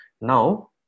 Now